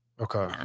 Okay